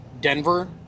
Denver